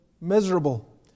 miserable